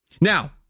Now